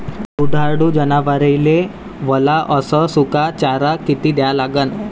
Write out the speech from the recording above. दुधाळू जनावराइले वला अस सुका चारा किती द्या लागन?